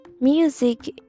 music